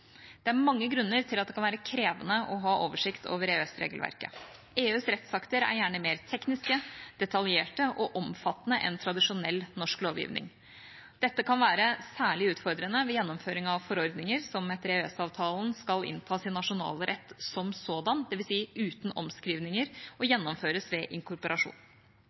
Det er mange grunner til at det kan være krevende å ha oversikt over EØS-regelverket. EUs rettsakter er gjerne mer tekniske, detaljerte og omfattende enn tradisjonell norsk lovgivning. Dette kan være særlig utfordrende ved gjennomføring av forordninger, som etter EØS-avtalen skal inntas i nasjonal rett som sådan, dvs. uten omskrivninger, og gjennomføres ved inkorporasjon.